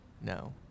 No